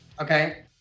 Okay